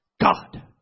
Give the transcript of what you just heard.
God